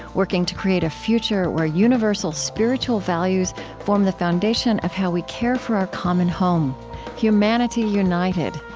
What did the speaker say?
working to create a future where universal spiritual values form the foundation of how we care for our common home humanity united,